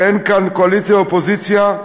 ואין כאן קואליציה ואופוזיציה.